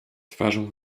twarzą